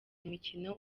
mikino